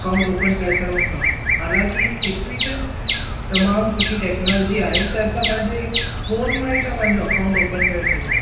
account open करे सघूं था हालाकी एतरी त तमामु सुठी टेक्नोलॉजी आहे त असां पंहिंजे फोन मां ई था पंहिंजो अकाउंट ओपन करे सघूं